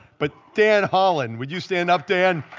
but dan holland would you stand up, dan?